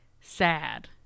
sad